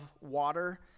water